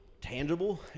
tangible